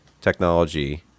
technology